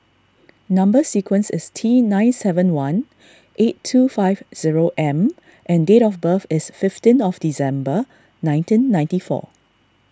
Number Sequence is T nine seven one eight two five zero M and date of birth is fifteen of December nineteen ninety four